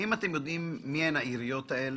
האם אתם יודעים מי הן העיריות האלו?